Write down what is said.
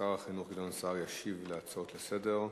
שר החינוך גדעון סער ישיב על ההצעות לסדר-היום.